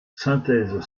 synthèse